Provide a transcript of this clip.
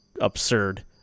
absurd